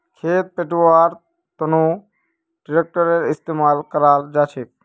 खेत पैटव्वार तनों ट्रेक्टरेर इस्तेमाल कराल जाछेक